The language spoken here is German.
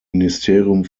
ministerium